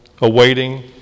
awaiting